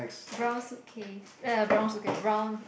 brown suitcase uh brown suitcase brown